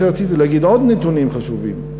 רציתי להגיד עוד נתונים חשובים,